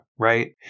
right